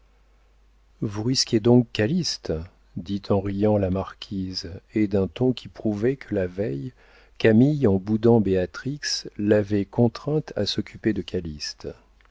vous risquez donc calyste dit en riant la marquise et d'un ton qui prouvait que la veille camille en boudant béatrix l'avait contrainte à s'occuper de